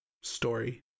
story